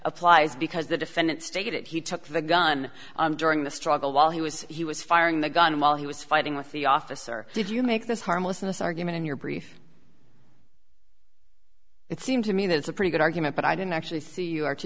applies because the defendant stated he took the gun during the struggle while he was he was firing the gun while he was fighting with the officer did you make this harmlessness argument in your brief it seemed to me that it's a pretty good argument but i didn't actually see you ar